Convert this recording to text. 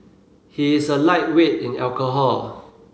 he is a lightweight in alcohol